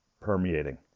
permeating